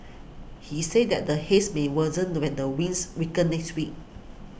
he said that the Haze may worsen when the winds weaken next week